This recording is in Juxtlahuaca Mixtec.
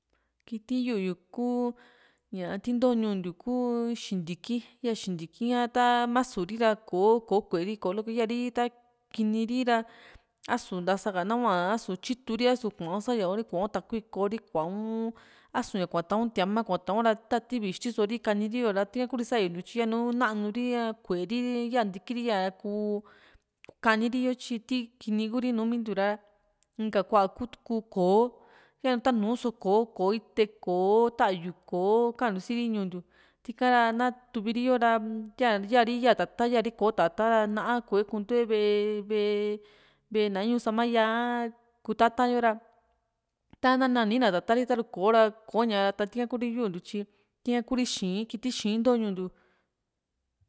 kiti yu´yu kuu ña ti nto ñuu ntiu kuu xintiki a ta masu ri ra kò´o ko kue ri ko loko ri ya ri ta kini ri ra a´su ntasa ka nahua a´su tyitu ri asu kua´u sa´ya uri kuau takui ko´ri kua´un asu ña kua ta´un tiama kua ta´un ra tivi ixti so´ri kani ri yo´ra tika kuu ri saayu yu tyi nanu ri´a kuee´ri yaa ntiki ri ya kuu ka´ni ri yo tyi ti kini ku´ri nuu mintiu ra inka kua kutu ku koo tanu so koo, koo ite koo ta´yu koo kantiu siri ñuu ntiu tika ra na tuvi ri yo ra ya ya´ri ya tata´n yaa ri ko tata´n ra naa kue kuntue ve´e ve´e na ñu sama yaa´ha kutata yo ra tana ntanina tata´n ri taru ko´ra kò´o ña ra ta tika ku´ri yuuntiu tyi tika kuuri xii´n kiti kii´n nto ñuu ntiu.